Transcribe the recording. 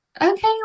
okay